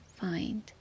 find